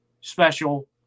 special